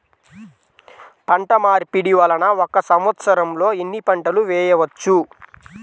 పంటమార్పిడి వలన ఒక్క సంవత్సరంలో ఎన్ని పంటలు వేయవచ్చు?